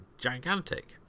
gigantic